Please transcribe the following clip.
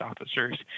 officers